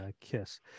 kiss